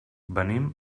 venim